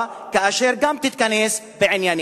וכאשר גם אירופה תתכנס בענייניה.